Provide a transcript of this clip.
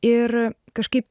ir kažkaip